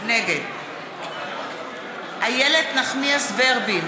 נגד איילת נחמיאס ורבין,